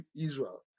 Israel